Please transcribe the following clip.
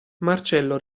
marcello